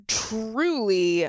truly